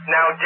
Now